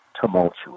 tumultuous